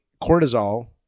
cortisol